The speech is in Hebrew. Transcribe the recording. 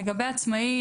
לגבי עצמאי,